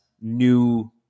new